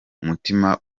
umutima